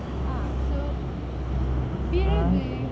ah so ஏது:yaethu